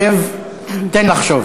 שב, תן לחשוב.